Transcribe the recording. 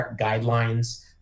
guidelines